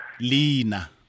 Lina